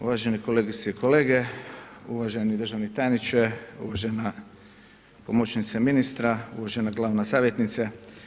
Uvažene kolegice i kolege, uvaženi državi tajniče, uvažena pomoćnice ministra, uvažena glavna savjetnice.